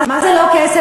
מה זה "לא כסף"?